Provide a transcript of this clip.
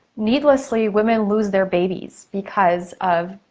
needlessly, women lose their babies because of